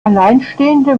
alleinstehende